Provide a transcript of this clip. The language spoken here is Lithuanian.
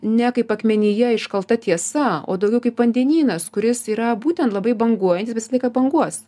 ne kaip akmenyje iškalta tiesa o daugiau kaip vandenynas kuris yra būtent labai banguojantis bet visą laiką banguos